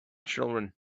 children